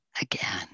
again